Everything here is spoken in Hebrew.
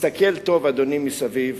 תסתכל טוב, אדוני, סביב